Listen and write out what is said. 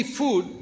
food